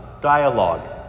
dialogue